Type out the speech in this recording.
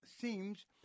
seems